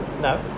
No